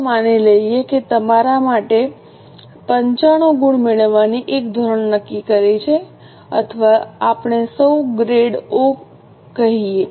ચાલો માની લઈએ કે તમે તમારા માટે 95 ગુણ મેળવવાની એક ધોરણ નક્કી કરી છે અથવા આપણે ઓ ગ્રેડ કહીએ